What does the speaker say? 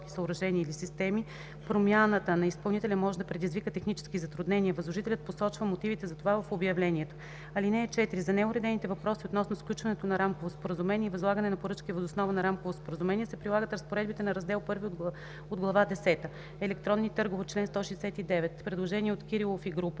промяната на изпълнителя може да предизвика технически затруднения. Възложителят посочва мотивите за това в обявлението. (4) За неуредените въпроси относно сключването на рамково споразумение и възлагане на поръчки въз основа на рамково споразумение се прилагат разпоредбите на Раздел I от Глава десета.” Член 169 – „Електронни търгове”. Предложение от народния